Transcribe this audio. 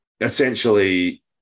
essentially